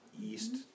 east